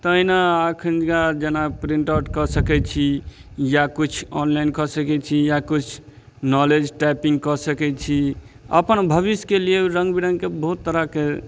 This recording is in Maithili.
तहिना अखन अछि जेना प्रिंट आउट कऽ सकैत छी या किछु ऑनलाइन कऽ सकैत छी या किछु नॉलेज टाइपिंग कऽ सकैत छी अपन भबिष्यके लिए रङ्ग बिरङ्गके बहुत तरहके